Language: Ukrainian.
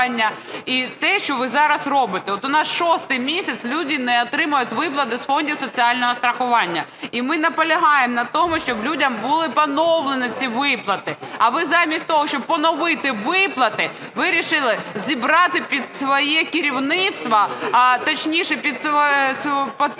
і те, що ви зараз робите. От у нас шостий місяць люди не отримують виплат із фондів соціального страхування. І ми наполягаємо на тому, щоб людям були поновлені ці виплати. А ви замість того щоб поновити виплати, вирішили зібрати під своє керівництво, точніше під свою кришу,